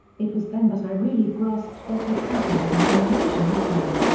it was then that i really grasped what had happened and the emotion hit me.